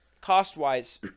Cost-wise